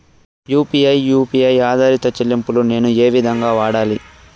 UPI U P I ఆధారిత చెల్లింపులు నేను ఏ విధంగా వాడాలి?